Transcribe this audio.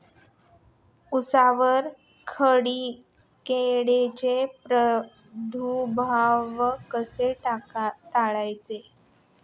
उसावर खोडकिडीचा प्रादुर्भाव कसा टाळायचा?